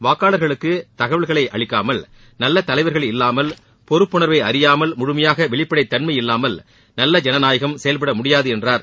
வாக்காளர்களுக்கு தகவல்களை அளிக்காமல் நல்ல தலைவர்கள் இல்லாமல் பொறுப்புணர்வை அறியாமல் முழுமையான வெளிப்படை தன்மை இல்லாமல் நல்ல ஜனநாயகம் செயல்பட முடியாது என்றார்